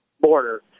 border